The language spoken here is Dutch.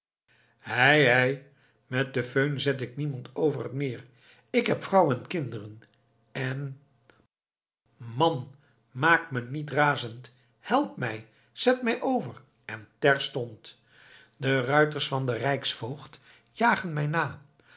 hei met de föhn zet ik niemand over het meer ik heb vrouw en kinderen en man maak me niet razend help mij zet mij over en terstond de ruiters van den rijksvoogd jagen mij na